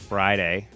Friday